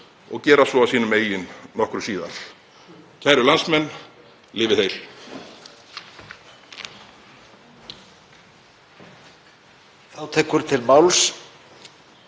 og gera svo að sínum eigin nokkru síðar. Kæru landsmenn. Lifið heil.